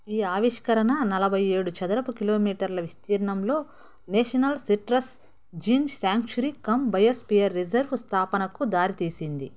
ఈ ఆవిష్కరణ నలభై ఏడు చదరపు కిలోమీటర్ల విస్తీర్ణంలో national citrus gene sanctuary cum biosphere reserve స్థాపనకు దారితీసింది